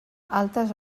altes